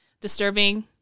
disturbing